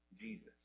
Jesus